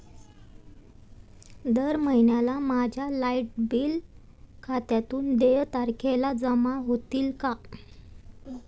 दर महिन्याला माझ्या लाइट बिल खात्यातून देय तारखेला जमा होतील का?